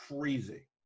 crazy